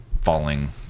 falling